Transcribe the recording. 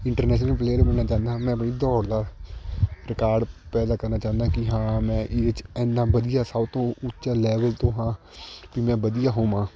international player ਬਣਨਾ ਚਾਹੁੰਦਾ ਹਾਂ ਮੈਂ ਬਈ ਦੌੜ ਦਾ ਰਿਕਾਰਡ ਪੈਦਾ ਕਰਨਾ ਚਾਹੁੰਦਾ ਕਿ ਹਾਂ ਮੈਂ ਇਹਦੇ 'ਚ ਐਨਾ ਵਧੀਆ ਸਭ ਤੋਂ ਉੱਚਾ ਲੈਵਲ ਤੋਂ ਹਾਂ ਵੀ ਮੈਂ ਵਧੀਆ ਹੋਵਾਂ